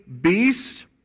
beast